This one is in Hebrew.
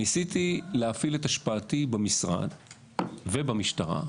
ניסיתי להפעיל את השפעתי במשרד ובמשטרה,